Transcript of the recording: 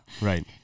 Right